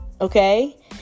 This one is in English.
Okay